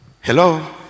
Hello